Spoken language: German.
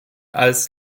als